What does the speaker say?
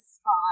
spot